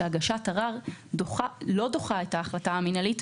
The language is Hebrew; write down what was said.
שהגשת ערר לא דוחה את ההחלטה המינהלית,